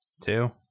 Two